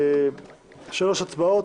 לנו שלוש הצבעות.